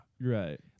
right